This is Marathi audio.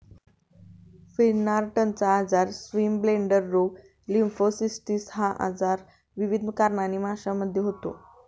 फिनार्टचा आजार, स्विमब्लेडर रोग, लिम्फोसिस्टिस हा आजार विविध कारणांनी माशांमध्ये होतो